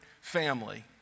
family